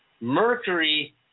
Mercury